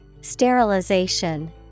Sterilization